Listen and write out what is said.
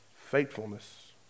faithfulness